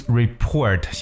report